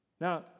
Now